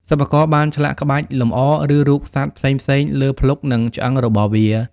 សិប្បករបានឆ្លាក់ក្បាច់លម្អ ឬរូបសត្វផ្សេងៗលើភ្លុក និងឆ្អឹងរបស់វា។